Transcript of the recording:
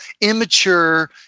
immature